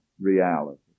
reality